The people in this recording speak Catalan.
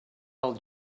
del